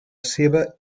seva